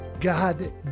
God